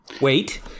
Wait